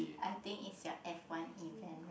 I think is your F one event right